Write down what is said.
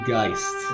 Geist